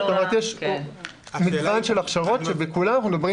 זאת אומרת יש מגוון של הכשרות שבכולן אנחנו מדברים